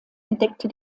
entdeckte